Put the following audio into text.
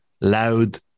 Loud